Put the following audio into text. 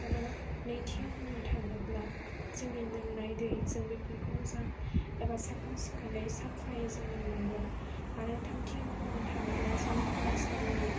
आरो नैथियाव बुंनो थाङोब्ला जोंनि लोंनाय दै जों बेफोरखौ मोजां एबा साखोन सिखोनै साफायै जों लोंनांगोन आरो थामथियाव बुंनो थाङोब्ला जोंनि फरायसालिनि